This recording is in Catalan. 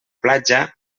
platja